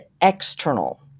external